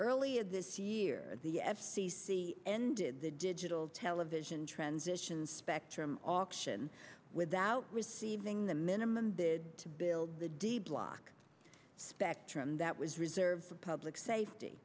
earlier this year the f c c ended the digital television transition spectrum auction without receiving the minimum bid to build the d block spectrum that was reserved for public safety